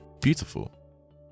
beautiful